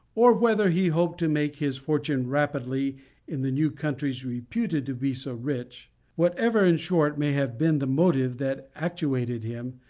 or whether he hoped to make his fortune rapidly in the new countries reputed to be so rich whatever in short may have been the motive that actuated him,